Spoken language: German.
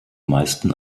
meisten